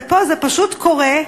ופה זה פשוט קורה,